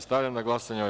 Stavljam na glasanje ovaj